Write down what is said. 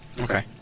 Okay